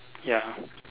ya